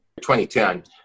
2010